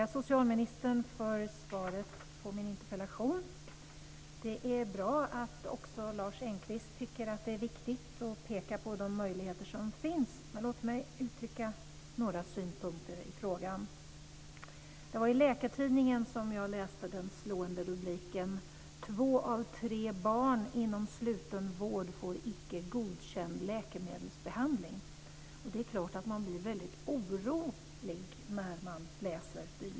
Herr talman! Jag vill inledningsvis tacka socialministern för svaret på min interpellation. Det är bra att också Lars Engqvist tycker att det är viktigt att peka på de möjligheter som finns. Men låt mig uttrycka några synpunkter på frågan. I Läkartidningen läste jag den slående rubriken "Två av tre barn inom sluten vård får icke godkänd läkemedelsbehandling". Det är klart att man blir väldigt orolig när man läser dylikt.